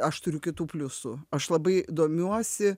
aš turiu kitų pliusų aš labai domiuosi